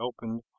opened